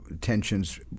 tensions